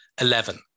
Eleven